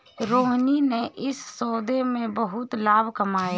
रोहिणी ने इस सौदे में बहुत लाभ कमाया